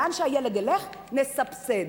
לאן שהילד ילך, נסבסד.